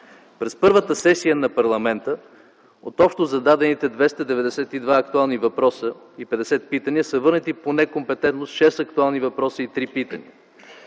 През първата сесия на парламента от общо зададени 292 актуални въпроси и 50 питания, са върнати по некомпетентност 6 актуални въпроси и 3 питания.